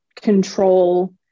control